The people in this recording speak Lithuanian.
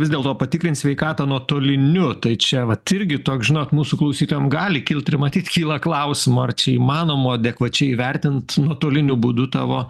vis dėlto patikrint sveikatą nuotoliniu tai čia vat irgi toks žinot mūsų klausytojam gali kilt ir matyt kyla klausimų ar čia įmanoma adekvačiai įvertint nuotoliniu būdu tavo